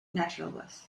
naturalibus